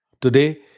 Today